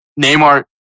Neymar